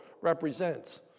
represents